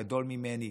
גדול ממני,